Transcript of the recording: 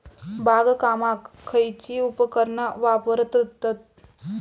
बागकामाक खयची उपकरणा वापरतत?